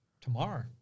tomorrow